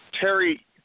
Terry